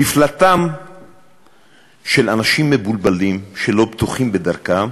מפלטם של אנשים מבולבלים, שלא בטוחים בדרכם,